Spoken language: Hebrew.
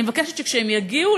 אני מבקשת שכשהם יגיעו,